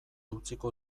utziko